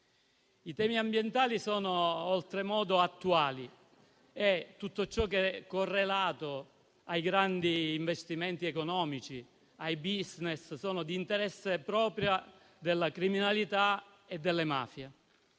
I temi ambientali sono oltremodo attuali e tutto ciò che è correlato ai grandi investimenti economici, ai *business* è di interesse proprio della criminalità e delle mafie.